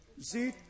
See